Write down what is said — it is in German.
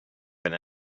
wenn